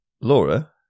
Laura